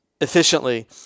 efficiently